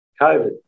COVID